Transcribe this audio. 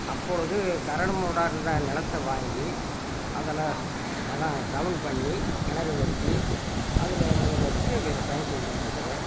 அப்பொழுது கரடுமுரடாக இருந்த நிலத்த வாங்கி அதில் நிலம் சமம் பண்ணி கிணறு வெட்டி அதில் நீர் எடுத்து விவசாயம் செஞ்சுட்டு இருக்கிறேன்